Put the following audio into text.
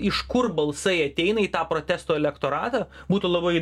iš kur balsai ateina į tą protesto elektoratą būtų labai